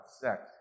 sex